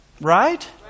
Right